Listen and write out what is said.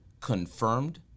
confirmed